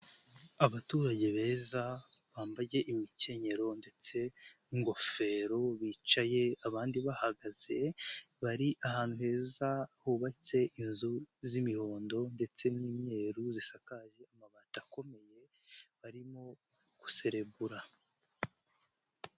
Abaturage beza bambayege imikenyero ndetse n'ingofero, bicaye abandi bahagaze bari ahantu heza hubatse inzu z'imihondo ndetse n'imyeru, zisakaje amabati akomeye barimo guserebura.